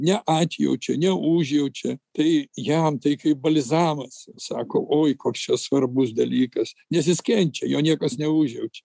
neatjaučia neužjaučia tai jam tai kaip balzamas sako oi koks čia svarbus dalykas nes jis kenčia jo niekas neužjaučia